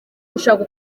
gushaka